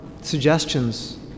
suggestions